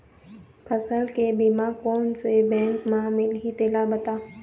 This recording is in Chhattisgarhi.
फसल के बीमा कोन से बैंक म मिलही तेला बता?